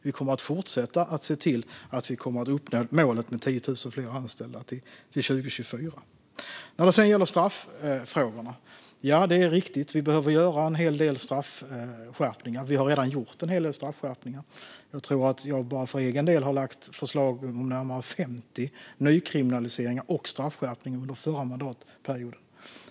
Vi kommer att fortsätta att se till att vi uppnår målet med 10 000 fler anställda till 2024. När det sedan gäller straffrågorna är det riktigt att vi behöver göra straffskärpningar. Vi har redan gjort en hel del straffskärpningar. Jag tror att jag bara för egen del lade fram förslag på närmare 50 nykriminaliseringar och straffskärpningar under förra mandatperioden.